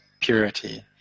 purity